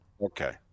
Okay